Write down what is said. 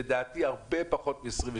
לדעתי הרבה פחות מ-22%.